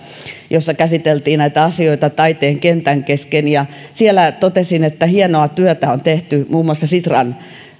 jossa käsiteltiin näitä asioita taiteen kentän kesken siellä totesin että hienoa työtä on tehty muun muassa sitran